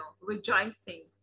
rejoicing